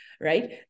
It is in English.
right